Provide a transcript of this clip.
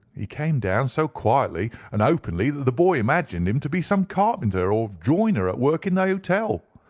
he came down so quietly and openly that the boy imagined him to be some carpenter or joiner at work in the hotel.